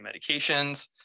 medications